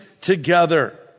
together